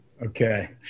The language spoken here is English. Okay